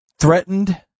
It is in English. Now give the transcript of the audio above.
threatened